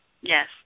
Yes